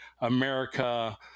America